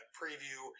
preview